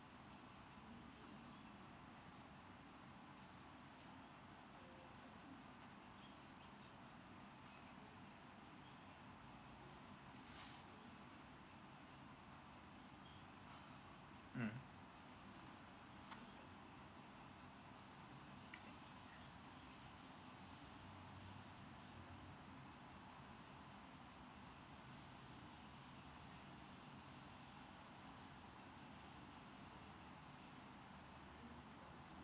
mm